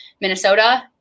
Minnesota